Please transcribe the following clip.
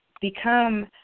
become